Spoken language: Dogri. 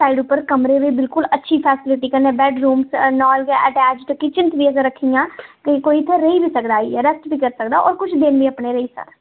साईड उप्पर कमरे बी बड़ी अच्छी फेस्लिटी कन्नै बड़े बाथरूम ते किचन बी रक्खी दियां ओह् रेही बी सकदा इत्थें ते कन्नै रेही बी सकदा कुछ दिन इत्थें